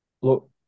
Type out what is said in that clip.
look